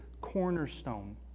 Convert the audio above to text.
cornerstone